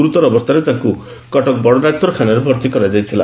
ଗ୍ରରତର ଅବସ୍ତାରେ ତାଙ୍କୁ କଟକ ବଡଡାକ୍ତରଖାନାରେ ଭର୍ତି କରାଯାଇଥିଲା